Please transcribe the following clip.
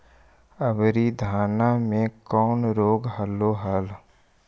अबरि धाना मे कौन रोग हलो हल?